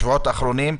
בשבועות האחרונים?